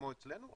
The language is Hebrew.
כמו אצלנו,